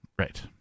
Right